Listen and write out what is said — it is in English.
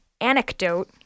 Anecdote